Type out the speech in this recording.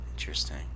interesting